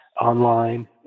online